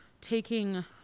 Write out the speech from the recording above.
taking